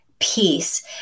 peace